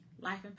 Life